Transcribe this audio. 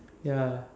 ya